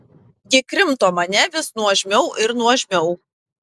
ji krimto mane vis nuožmiau ir nuožmiau